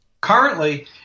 Currently